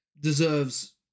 deserves